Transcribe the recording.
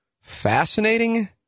fascinating